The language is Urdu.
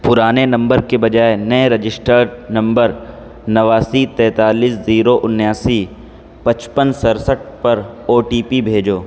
پرانے نمبر کے بجائے نئے رجسٹرڈ نمبر نواسی تینتالیس زیرو انیاسی پچپن سڑسٹھ پر او ٹی پی بھیجو